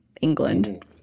England